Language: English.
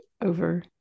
over